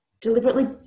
deliberately